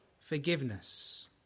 forgiveness